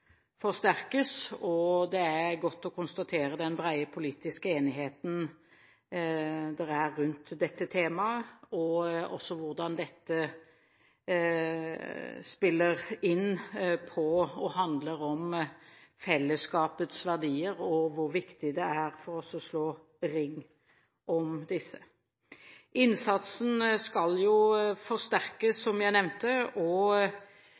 forsterkes, og det er godt å konstatere den brede politiske enigheten det er rundt dette temaet, hvordan dette spiller inn på og handler om fellesskapets verdier, og hvor viktig det er for oss å slå ring om disse. Innsatsen skal forsterkes, som jeg nevnte, og